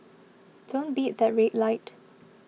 don't beat that red light